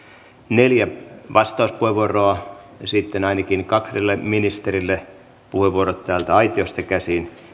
neljä vastauspuheenvuoroa ja sitten ainakin kahdelle ministerille puheenvuorot täältä aitiosta käsin jos